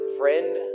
friend